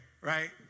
right